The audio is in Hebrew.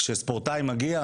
כשספורטאי מגיע,